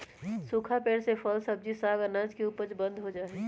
सूखा पेड़ से फल, सब्जी, साग, अनाज के उपज बंद हो जा हई